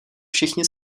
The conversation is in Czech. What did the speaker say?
všichni